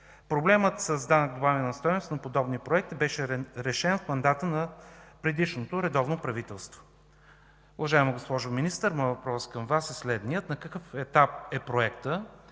Проблемът с данъка добавена стойност на подобен проект беше решен в мандата на предишното редовно правителство. Уважаема госпожо Министър, моят въпрос към Вас е следният: на какъв етап е проектът?